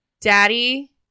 Daddy